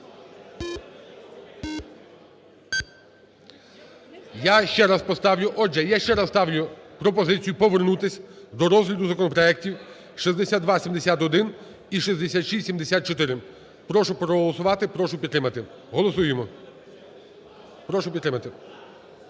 я ще раз ставлю пропозицію повернутись до розгляду законопроектів 6271 і 6674. Прошу проголосувати, прошу підтримати. Голосуємо. Прошу підтримати.